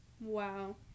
Wow